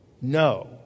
No